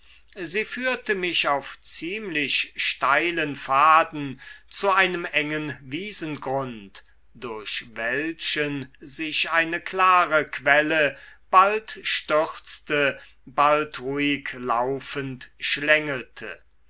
sie führte mich auf ziemlich steilen pfaden zu einem engen wiesengrund durch welchen sich eine klare quelle bald stürzte bald ruhig laufend schlängelte